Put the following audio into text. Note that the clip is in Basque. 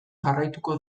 jarraituko